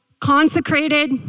consecrated